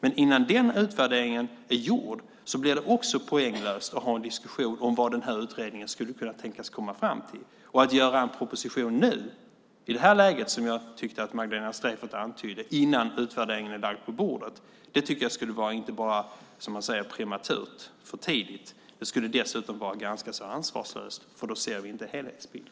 Men innan den utvärderingen är gjord blir det poänglöst att ha en diskussion om vad utredningen kan tänkas komma fram till. Att lägga fram en proposition nu, i det här läget som jag tycker att Magdalena Streijffert antydde, innan utvärderingen har lagts fram, är inte bara prematurt, för tidigt, utan skulle dessutom vara ganska ansvarslöst. Då ser vi inte helhetsbilden.